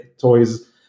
toys